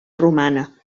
romana